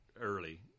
early